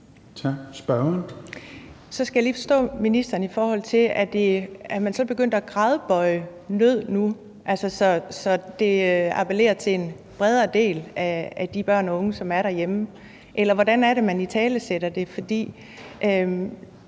Så skal jeg lige forstå ministeren: Er man så begyndt at gradbøje »nød« nu, så det appellerer til en bredere del af de børn og unge, som er derhjemme? Eller hvordan er det, man italesætter det?